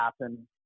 happen